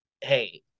hey